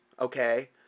okay